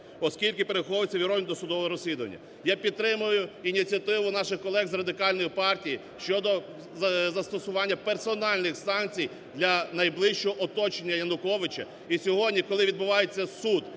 оскільки переховуються від органів досудового розслідування. Я підтримую ініціативу наших колег з Радикальної партії щодо застосування персональних санкцій для найближчого оточення Януковича. І сьогодні, коли відбувається суд